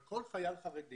כל חיילת חרדי